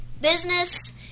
business